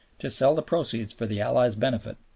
to sell the proceeds for the allies' benefit.